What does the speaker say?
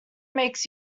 makes